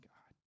God